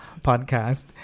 podcast